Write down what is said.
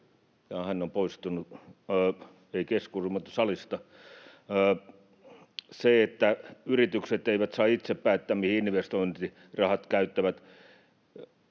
hän on poistunut, ei keskuudestamme, mutta salista — siihen, että yritykset eivät saa itse päättää, mihin investointirahat käyttävät.